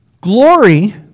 Glory